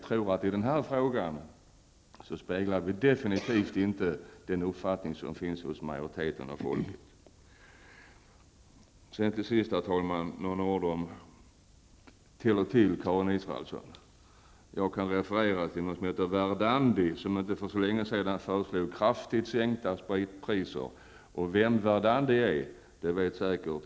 I den här frågan tror jag absolut inte att vi speglar den uppfattning som finns hos majoriteten av folket. Herr talman! Till sist några ord till Karin Israelsson. Jag kan referera till Verdandi, som inte för så länge sedan föreslog kraftigt sänkta spritpriser. Karin Israelsson känner säkert till vad Verdandi är för organisation.